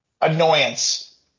annoyance